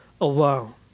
alone